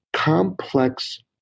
complex